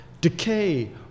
decay